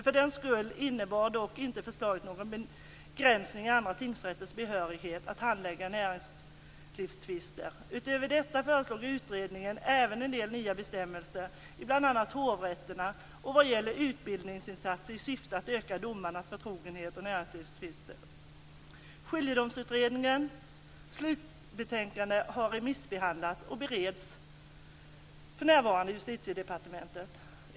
För den skull innebar dock inte förslaget någon begränsning i andra tingsrätters behörighet att handlägga näringslivstvister. Utöver detta föreslog utredningen även en del nya bestämmelser i bl.a. hovrätterna och vad gäller utbildningsinsatser i syfte att öka domarnas förtrogenhet med näringslivstvister. Skiljedomsutredningens slutbetänkande har remissbehandlats och bereds för närvarande i Justitiedepartementet.